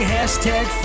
Hashtag